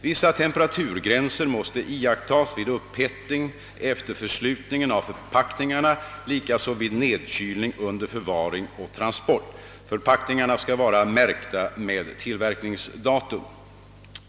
Vissa temperaturgränser måste iakttas vid upphettning efter förslutningen av förpackningarna, likaså vid nedkylning under förvaring och transport. Förpackningarna skall vara märkta med tillverkningsdatum.